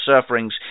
sufferings